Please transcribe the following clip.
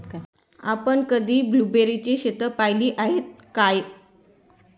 आपण कधी ब्लुबेरीची शेतं पाहीली आहेत काय?